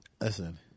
Listen